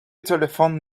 telephoned